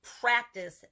practice